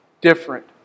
different